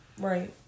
Right